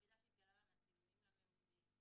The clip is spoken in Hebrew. זה משהו אחרי לחלוטין.